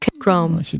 chrome